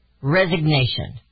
resignation